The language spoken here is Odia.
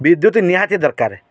ବିଦ୍ୟୁତ୍ ନିହାତି ଦରକାର